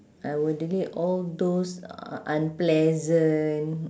I will delete all those unpleasant